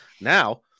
Now